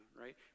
right